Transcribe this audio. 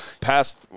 past